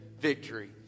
victory